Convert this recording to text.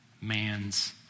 man's